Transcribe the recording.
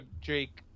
Jake